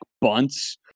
bunts